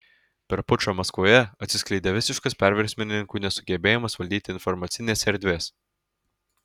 per pučą maskvoje atsiskleidė visiškas perversmininkų nesugebėjimas valdyti informacinės erdvės